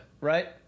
Right